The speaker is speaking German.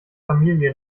familie